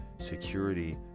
Security